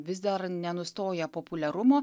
vis dar nenustoja populiarumo